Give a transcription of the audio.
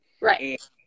Right